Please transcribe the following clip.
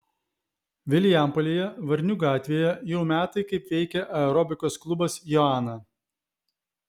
vilijampolėje varnių gatvėje jau metai kaip veikia aerobikos klubas joana